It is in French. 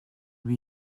lui